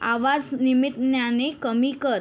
आवाज निम्म्याने कमी कर